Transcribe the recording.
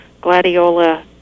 gladiola